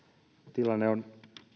tilanne on